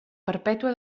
perpètua